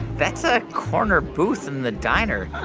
that's a corner booth in the diner.